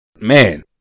Man